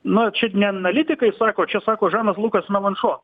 nu čia ne analitikai sako čia sako žanas lukas malanšo